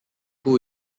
who